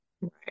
right